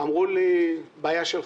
אמרו לי שזו בעיה שלי.